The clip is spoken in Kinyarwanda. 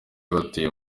batuye